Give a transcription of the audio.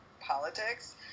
politics